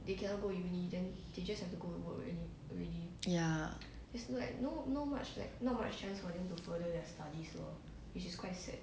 ya